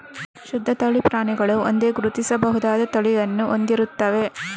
ಶುದ್ಧ ತಳಿ ಪ್ರಾಣಿಗಳು ಒಂದೇ, ಗುರುತಿಸಬಹುದಾದ ತಳಿಯನ್ನು ಹೊಂದಿರುತ್ತವೆ